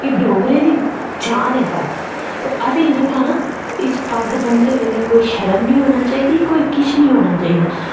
एह् डोगरें दी जान ऐ पग्ग ते असें गी जेह्का ना इस पग्ग ब'न्नदे बेल्लै कोई शर्म नेंई होना चाहिदी कोई किश नेईं होना चाहिदा